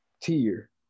tier